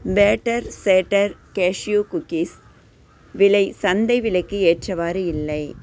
batter சேட்டர் cashew cookies விலை சந்தை விலைக்கு ஏற்றவாறு இல்லை